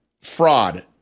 fraud